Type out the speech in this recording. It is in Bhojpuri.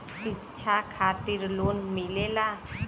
शिक्षा खातिन लोन मिलेला?